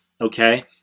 Okay